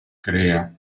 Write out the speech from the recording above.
crea